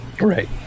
right